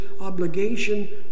obligation